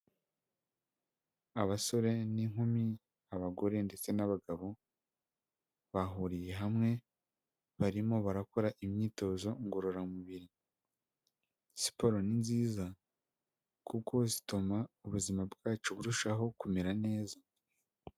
Abasore n'inkumi abagore ndetse n'abagabo bahuriye hamwe barimo barakora imyitozo ngororamubiri siporo ni nziza kuko zituma ubuzima bwacu burushaho kumera neza.